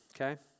Okay